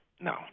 no